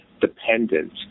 dependent